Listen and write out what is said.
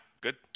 Good